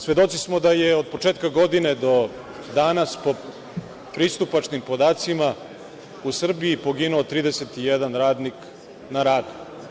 Svedoci smo da je od početka godine do danas po pristupačnim podacima u Srbiji poginuo 31 radnik na radu.